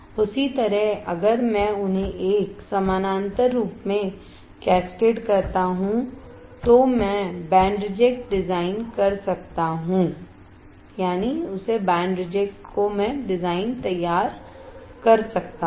उसी तरह अगर मैं उन्हें एक समानांतर रूप में कैस्केड करता हूं तो मैं बैंड रिजेक्ट डिजाइन तैयार कर सकता हूं